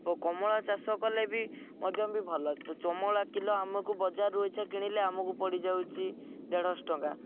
ଓ କମଳା ଚାଷ କଲେ ବି ମଧ୍ୟ ବି ଭଲ ଚମଳା କିଲୋ ଆମକୁ ବଜାରରୁ ଅଇଛା କିଣିଲେ ଆମକୁ ପଡ଼ିଯାଉଛି ଦେଢ଼ଶହ ଟଙ୍କା